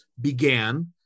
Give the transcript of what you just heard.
began